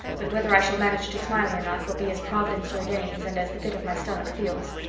but whether i shall manage to smile or not will be as providence ordains and as the pit of my stomach feels.